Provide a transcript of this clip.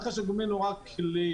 רכש הגומלין הוא רק כלי.